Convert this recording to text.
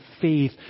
faith